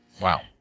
Wow